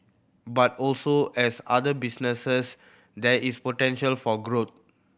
but also as other businesses there is potential for growth